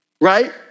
right